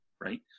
right